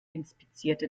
inspizierte